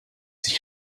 sich